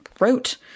wrote